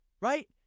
right